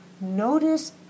Notice